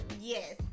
yes